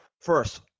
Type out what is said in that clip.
First